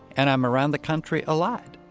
and i'm around the country a lot,